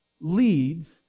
leads